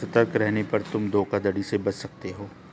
सतर्क रहने पर तुम धोखाधड़ी से बच सकते हो